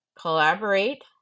collaborate